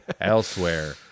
elsewhere